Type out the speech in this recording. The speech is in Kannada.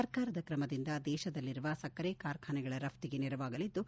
ಸರ್ಕಾರದ ಕ್ರಮದಿಂದ ದೇಶದಲ್ಲಿರುವ ಸಕ್ಕರೆ ಕಾರ್ಖಾನೆಗಳ ರಫ್ಟಿಗೆ ನೆರವಾಗಲಿದ್ದು